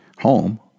home